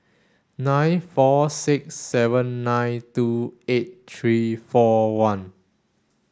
nine four six seven nine two eight three four one